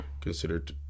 considered